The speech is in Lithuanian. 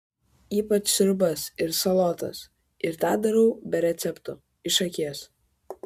ypač sriubas ir salotas ir tą darau be receptų iš akies